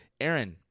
Aaron